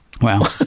Wow